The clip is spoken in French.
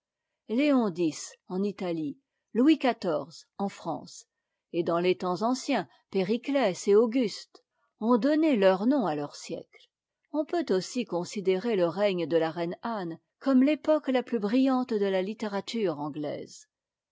léon x en italie louis xiv en france et dans les temps anciens périclès et auguste ont donné leur nom à leur siècle on peut aussi considérer le règne de la reine anne comme l'époque la plus brillante de la littérature anglaise